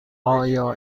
آیا